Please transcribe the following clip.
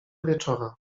wieczora